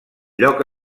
lloc